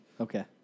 Okay